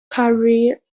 career